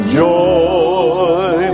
joy